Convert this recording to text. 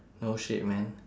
no shit man